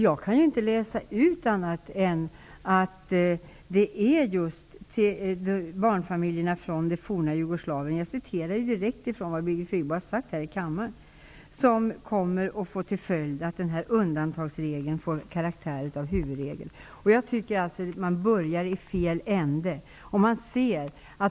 Jag kan inte läsa ut annat än att det är för barnfamiljerna från det forna Jugoslavien -- jag citerar direkt vad Birgit Friggebo har sagt i kammaren -- som denna undantagsregel kommer att få karaktären av huvudregel. Jag tycker att det börjar i fel ände.